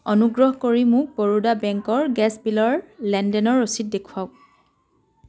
অনুগ্ৰহ কৰি মোক বৰোদা বেংকৰ গেছ বিলৰ লেনদেনৰ ৰচিদ দেখুৱাওক